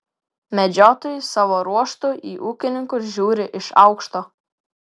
medžiotojai savo ruožtu į ūkininkus žiūri iš aukšto